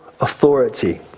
authority